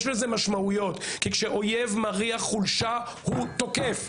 יש לזה משמעויות כי כשאויב מריח חולשה הוא תוקף,